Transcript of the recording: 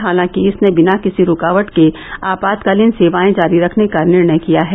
हालांकि इसने बिना किसी रूकावट के आपातकालीन सेवाएं जारी रखने का निर्णय किया है